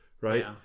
Right